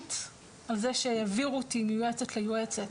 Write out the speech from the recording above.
התאבלות על זה שהעבירו אותי מיועצת ליועצת.